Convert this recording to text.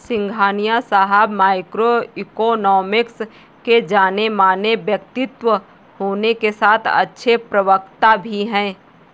सिंघानिया साहब micro economics के जानेमाने व्यक्तित्व होने के साथ अच्छे प्रवक्ता भी है